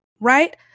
right